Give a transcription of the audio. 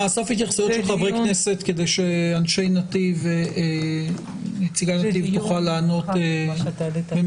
נאסוף התייחסויות של חברי כנסת כדי שנציגת נתיב תוכל לענות במשותף.